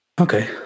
Okay